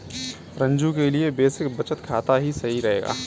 रंजू के लिए बेसिक बचत खाता ही सही रहेगा